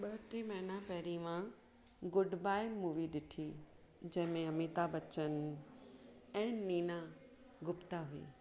ॿ टे महीना पहिरीं मां गुडबाय मूवी ॾिठी जंहिंमें अमिताभ बच्चन ऐं नीना गुप्ता हुई